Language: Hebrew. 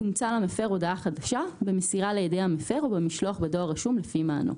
תומצא למפר הודעה חדשה במסירה לידי המפר או במשלוח בדואר רשום לפי מענו.